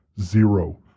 Zero